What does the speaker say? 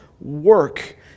work